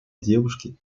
девушки